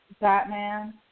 Batman